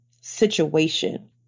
situation